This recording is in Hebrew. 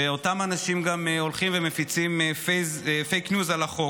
ואותם אנשים גם הולכים ומפיצים פייק ניוז על החוק,